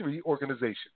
organization